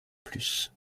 plus